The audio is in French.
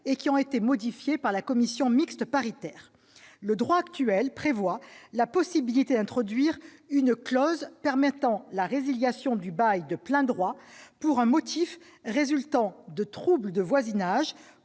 du bail et modifiées par la commission mixte paritaire. Le droit actuel prévoit la possibilité d'introduire une clause permettant la résiliation du bail de plein droit pour un motif résultant de troubles de voisinage